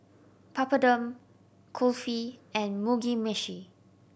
Papadum Kulfi and Mugi Meshi